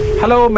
Hello